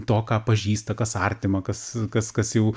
to ką pažįsta kas artima kas kas kas jau